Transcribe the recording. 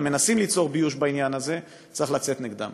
אבל מנסים ליצור ביוש בעניין הזה צריך לצאת נגדם.